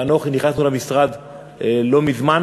ואנוכי נכנסנו למשרד לא מזמן.